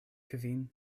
kvin